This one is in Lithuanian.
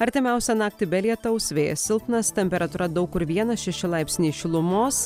artimiausią naktį be lietaus vėjas silpnas temperatūra daug kur vienas šeši laipsniai šilumos